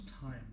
time